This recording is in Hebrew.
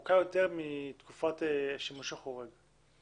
ארוכה יותר מתקופת השימוש החורג,